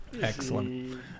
Excellent